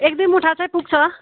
एकदुई मुठा चाहिँ पुग्छ